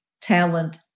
talent